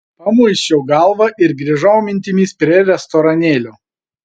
pamuisčiau galvą ir grįžau mintimis prie restoranėlio